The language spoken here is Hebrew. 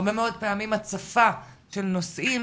הרבה מאוד פעמים הצפה של נושאים,